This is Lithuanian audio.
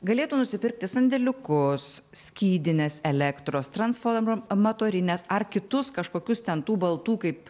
galėtų nusipirkti sandėliukus skydines elektros transformatorines ar kitus kažkokius ten tų baltų kaip